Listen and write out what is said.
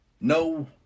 No